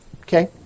Okay